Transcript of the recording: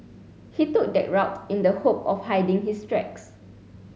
he took that route in the hope of hiding his tracks